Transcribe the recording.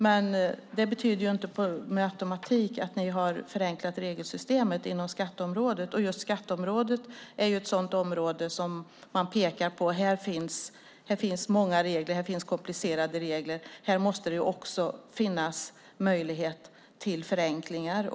Men det betyder inte med automatik att ni har förenklat regelsystemet inom skatteområdet. Just skatteområdet är ett sådant område som man pekar på. Här finns många regler. Här finns komplicerade regler. Här måste det också finnas möjlighet till förenklingar.